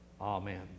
Amen